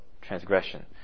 Transgression